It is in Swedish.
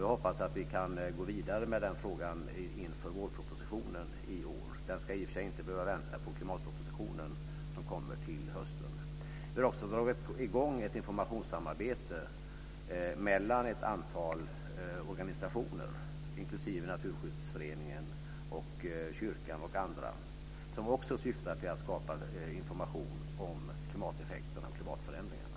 Jag hoppas att vi kan gå vidare med den frågan inför vårpropositionen i år. Den ska i och för sig inte behöva vänta på klimatpropositionen, som kommer till hösten. Vi har också dragit i gång ett informationssamarbete mellan ett antal organisationer, inklusive Naturskyddsföreningen, kyrkan och andra, som också syftar till att skapa information om klimateffekterna och klimatförändringarna.